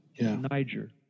Niger